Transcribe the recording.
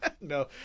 No